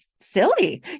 silly